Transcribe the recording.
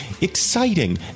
exciting